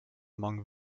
among